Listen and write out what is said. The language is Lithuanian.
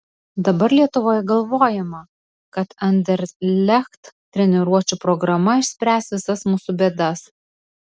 dabar lietuvoje galvojama kad anderlecht treniruočių programa išspręs visas mūsų bėdas